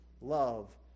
love